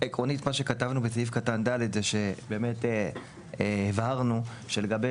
עקרונית מה שכתבנו בסעיף קטן ד' זה שבאמת הבהרנו שלגבי